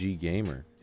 gamer